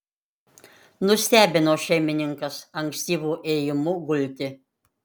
nustebino šeimininkas ankstyvu ėjimu gulti